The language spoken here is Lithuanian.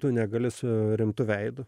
tu negali su rimtu veidu